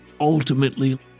ultimately